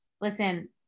listen